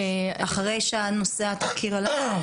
אחרי שנושא התחקיר עלה?